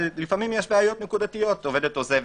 אבל לפעמים יש בעיות נקודתיות עובדת עוזבת